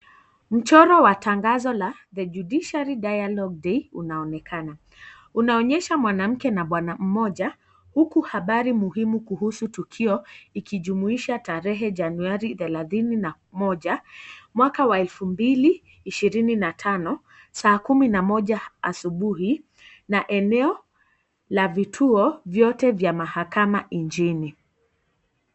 Mchoro wa tangazo la The Judiciary Dialogue Day unaonekana, unaonyesha mwanamke na bwana mmoja huku habari muhimu kuhusu tukio ikijumuisha tarehe Januari thelathini na moja, mwaka wa elfu mbili ishirini na tano, saa kumi na moja asubuhi, na eneo la vituo vyote vya mahakama nchini.